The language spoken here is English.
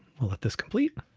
we'll let this complete.